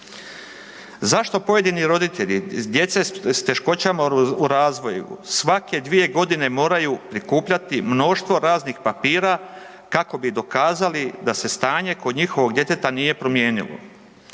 Zašto pojedini roditelji djece s teškoćama u razvoju svake 2 g. moraju prikupljati mnoštvo raznih papira kako bi dokazali da se stanje kod njihovog djeteta nije promijenilo?